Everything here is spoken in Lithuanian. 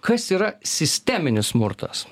kas yra sisteminis smurtas